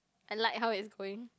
I like how it's going